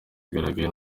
zagaragaye